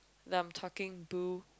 that I'm talking too